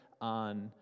on